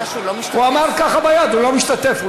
הוא אמר ככה ביד, הוא לא משתתף.